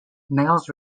males